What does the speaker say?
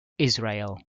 israel